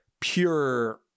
pure